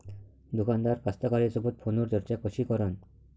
दुकानदार कास्तकाराइसोबत फोनवर चर्चा कशी करन?